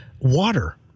water